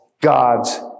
God's